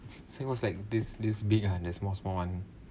so it was like this this big ah and the small small one